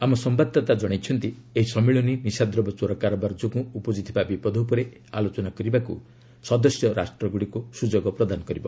ଆମ ସମ୍ଭାଦଦାତା ଜଣାଇଛନ୍ତି ଏହି ସମ୍ମିଳନୀ ନିଶାଦ୍ରବ୍ୟ ଚୋରାକାରବାର ଯୋଗୁଁ ଉପ୍ରଜ୍ତିଥିବା ବିପଦ ଉପରେ ଆଲୋଚନା କରିବାକୁ ସଦସ୍ୟ ରାଷ୍ଟ୍ରଗୁଡ଼ିକୁ ସୁଯୋଗ ପ୍ରଦାନ କରିବ